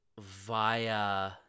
via